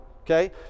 okay